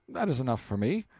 that is enough for me,